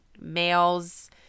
males